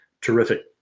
terrific